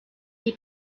wie